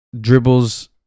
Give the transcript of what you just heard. dribbles